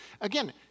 Again